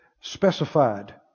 specified